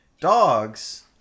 Dogs